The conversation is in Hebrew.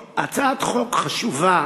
הצעת חוק חשובה